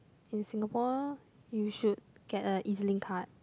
in Singapore you should get a E_Z-link card